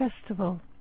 festival